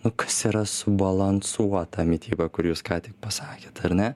nu kas yra subalansuota mityba kur jūs ką tik pasakėt ar ne